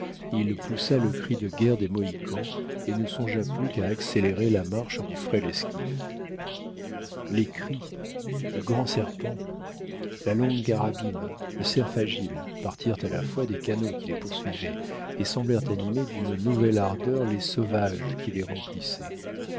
il poussa le cri de guerre des mohicans et ne songea plus qu'à accélérer la marche du frêle esquif les cris le grand serpent la longue carabine le cerf agile partirent à la fois des canots qui les poursuivaient et semblèrent animer d'une nouvelle ardeur les sauvages qui les remplissaient